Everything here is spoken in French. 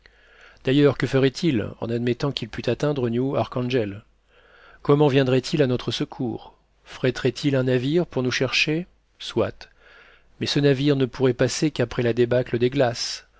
d'ailleurs que ferait-il en admettant qu'il pût atteindre new arkhangel comment viendrait-il à notre secours fréterait il un navire pour nous chercher soit mais ce navire ne pourrait passer qu'après la débâcle